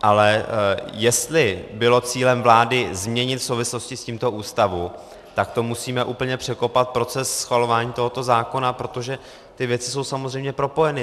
Ale jestli bylo cílem vlády změnit v souvislosti s tímto Ústavu, tak to musíme úplně překopat proces schvalování tohoto zákona, protože ty věci jsou samozřejmě propojeny.